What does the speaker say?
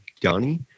Donnie